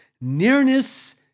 Nearness